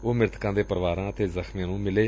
ਉਹ ਮੁਿਤਕਾਂ ਦੇ ਪਰਿਵਾਰਾ ਅਤੇ ਜੁਖ਼ਮੀਆਂ ਨੂੰ ਵੀ ਮਿਲੇ